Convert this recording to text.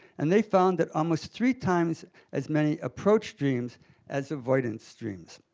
and they found that almost three times as many approach dreams as avoidance dreams.